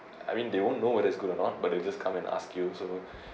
I mean they won't know whether is good or not but they just come and ask you so